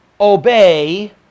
obey